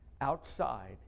outside